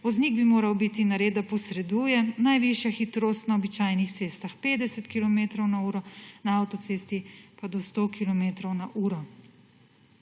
voznik bi moral biti nared, da posreduje, najvišja hitrost na običajnih cestah 50 kilometrov na uro, na avtocesti pa do 100 kilometrov